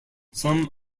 some